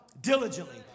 diligently